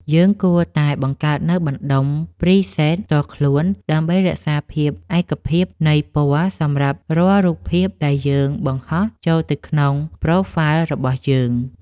យើងគួរតែបង្កើតនូវបណ្តុំ ព្រីសេត ផ្ទាល់ខ្លួនដើម្បីរក្សាភាពឯកភាពនៃពណ៌សម្រាប់រាល់រូបភាពដែលយើងបង្ហោះចូលទៅក្នុង ប្រូហ្វាល់ របស់យើង។